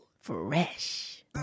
Fresh